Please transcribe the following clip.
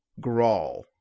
Grawl